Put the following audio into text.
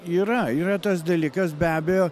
yra yra tas dalykas be abejo